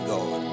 God